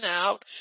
out